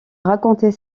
raconter